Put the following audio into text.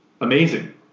amazing